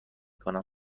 کنم